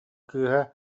кыыһа